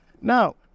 Now